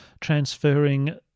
transferring